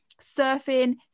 surfing